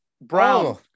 Brown